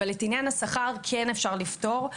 אבל את עניין השכר כן אפשר לפתור.